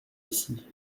ici